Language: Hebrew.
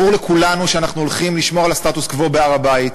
ברור לכולנו שאנחנו הולכים לשמור על הסטטוס-קוו בהר-הבית.